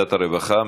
בוועדת הרווחה.